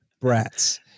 brats